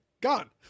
Gone